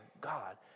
God